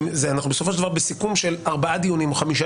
אנחנו בסופו של דבר בסיכום של ארבעה דיונים או חמישה